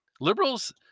Liberals